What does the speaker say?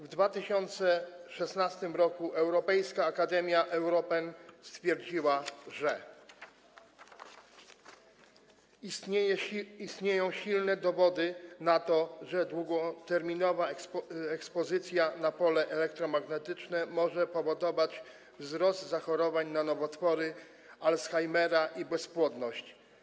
W 2016 r. Europejska Akademia EUROPAEM stwierdziła: Istnieją silne dowody na to, że długoterminowa ekspozycja na pole elektromagnetyczne może powodować wzrost zachorowań na nowotwory, alzheimera i bezpłodność.